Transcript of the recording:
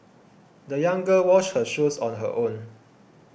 the young girl washed her shoes on her own